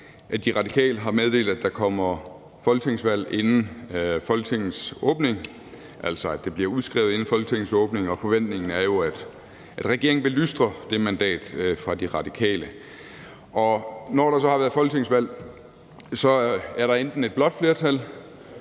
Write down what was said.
at De Radikale har meddelt, at der kommer folketingsvalg inden Folketingets åbning, altså at det bliver udskrevet inden Folketingets åbning, og forventningen er jo, at regeringen vil lystre det mandat fra De Radikale. Og når der så har været folketingsvalg, er der enten et blåt flertal,